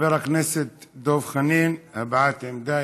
חבר הכנסת דב חנין, הבעת עמדה.